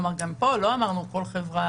כלומר, גם כאן לא אמרנו כל חברה.